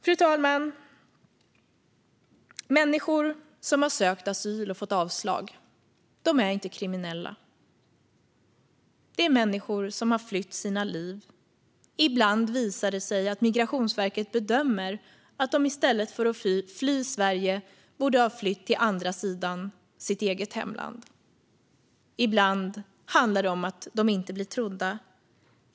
Fru talman! Människor som har sökt asyl och fått avslag är inte kriminella. Det är människor som har flytt för sina liv. Ibland visar det sig att Migrationsverket bedömer att de i stället för att fly till Sverige borde ha flytt till andra sidan sitt eget hemland. Ibland handlar det om att de inte blir trodda.